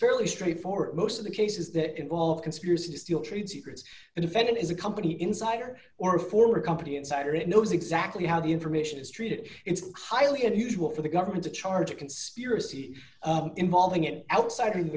fairly straightforward most of the cases that involve conspiracy to steal trade secrets the defendant is a company insider or a former company insider it knows exactly how the information is treated it's highly unusual for the government to charge a conspiracy involving it outside